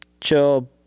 chill